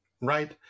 Right